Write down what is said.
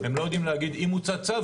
הם לא יודעים להגיד אם הוצא צו,